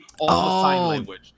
language